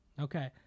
Okay